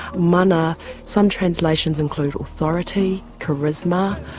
mana some translations include authority, charisma,